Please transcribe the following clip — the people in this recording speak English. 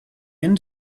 end